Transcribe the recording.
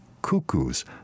cuckoos